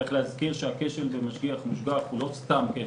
צריך להזכיר שהכשל במשגיח-מושגח הוא לא סתם כשל,